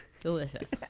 Delicious